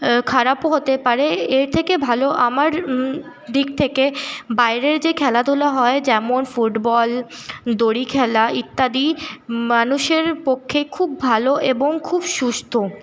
খারাপও হতে পারে এর থেকে ভালো আমার দিক থেকে বাইরের যে খেলাধুলা হয় যেমন ফুটবল দড়ি খেলা ইত্যাদি মানুষের পক্ষে খুব ভালো এবং খুব সুস্থ